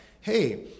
hey